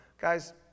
Guys